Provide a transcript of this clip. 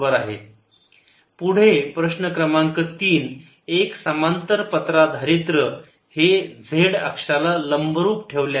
PP0x D 0E PE P20D P2P P2 P2 x पुढे प्रश्न क्रमांक 3 एक समांतर पत्रा धारित्र हे z अक्षाला लंबरूप ठेवले आहे